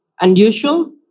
unusual